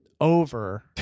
over